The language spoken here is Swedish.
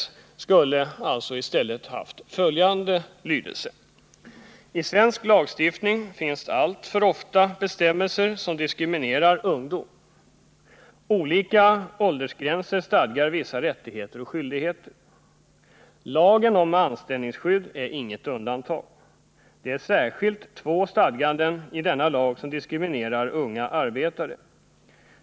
Det stycket borde enligt vår mening i stället ha haft följande lydelse: I svensk lagstiftning finns alltför ofta bestämmelser som diskriminerar ungdom. Olika åldersgränser stadgar vissa rättigheter och skyldigheter. Lagen om anställningsskydd är inget undantag. Det är särskilt två stadganden i denna lag som diskriminerar unga arbetare.